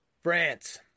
France